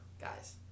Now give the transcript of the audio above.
guys